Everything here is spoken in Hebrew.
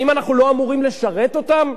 האם אנחנו לא אמורים לשרת אותם?